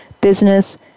Business